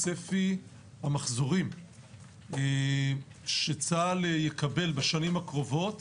צפי המחזורים שצה"ל יקבל בשנים הקרובות